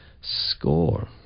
score